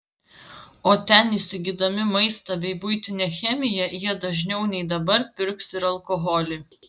o ten įsigydami maistą bei buitinę chemiją jie dažniau nei dabar pirks ir alkoholį